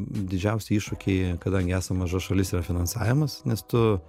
didžiausi iššūkiai kadangi esam maža šalis yra finansavimas nes tu